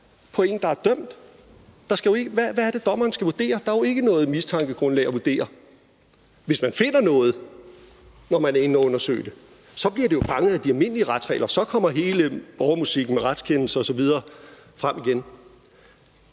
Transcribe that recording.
på en, der er dømt. Hvad er det, dommeren skal vurdere? Der er ikke noget mistankegrundlag at vurdere. Hvis man finder noget, når man er inde og undersøge det, bliver det jo fanget af de almindelige retsregler, og så kommer hele borgermusikken med retskendelse osv. frem igen.